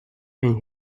and